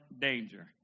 danger